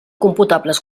computables